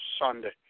Sunday